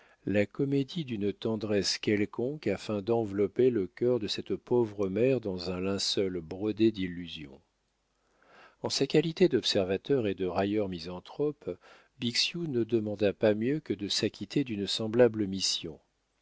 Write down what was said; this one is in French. la comédie d'une tendresse quelconque afin d'envelopper le cœur de cette pauvre mère dans un linceul brodé d'illusions en sa qualité d'observateur et de railleur misanthrope bixiou ne demanda pas mieux que de s'acquitter d'une semblable mission